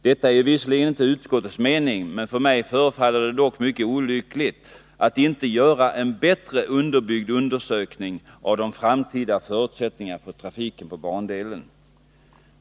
Detta är visserligen inte utskottets mening, men mig förefaller det mycket olyckligt att man inte gör en bättre underbyggd undersökning av de framtida förutsättningarna för trafiken på bandelen.